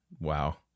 Wow